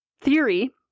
theory